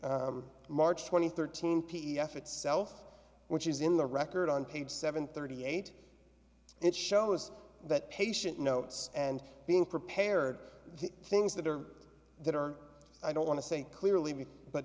march twenty third teen p d f itself which is in the record on page seven thirty eight it shows that patient notes and being prepared the things that are that are i don't want to say clearly but